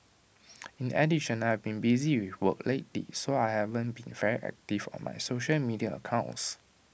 in addition I've been busy with work lately so I haven't been very active on my social media accounts